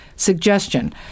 Suggestion